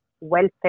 welfare